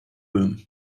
room